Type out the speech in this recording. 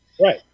Right